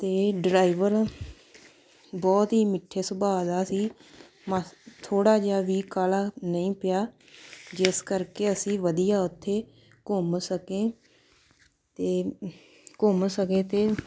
ਅਤੇ ਡਰਾਈਵਰ ਬਹੁਤ ਹੀ ਮਿੱਠੇ ਸੁਭਾਅ ਦਾ ਸੀ ਮਹ ਥੋੜ੍ਹਾ ਜਿਹਾ ਵੀ ਕਾਹਲਾ ਨਹੀਂ ਪਿਆ ਜਿਸ ਕਰਕੇ ਅਸੀਂ ਵਧੀਆ ਉੱਥੇ ਘੁੰਮ ਸਕੇ ਅਤੇ ਘੁੰਮ ਸਕੇ ਅਤੇ